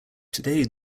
today